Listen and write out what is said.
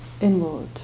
inward